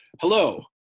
Hello